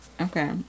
Okay